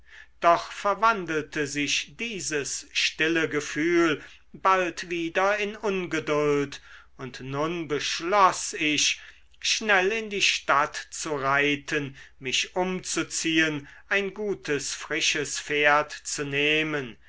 doch verwandelte sich dieses stille gefühl bald wieder in ungeduld und nun beschloß ich schnell in die stadt zu reiten mich umzuziehen ein gutes frisches pferd zu nehmen